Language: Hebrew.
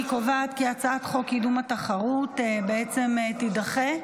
אני קובעת כי הצעת חוק קידום התחרות בעצם תידחה,